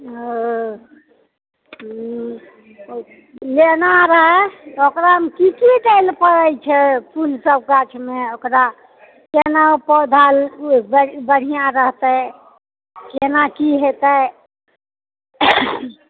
ओ लेना रहय तऽ ओकरामे की की दै लए पड़ै छै फुल सब गाछमे ओकरा केना पौधा बढ़ियाॅं रहतै केना की हेतै